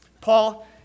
Paul